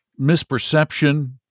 misperception